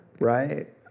right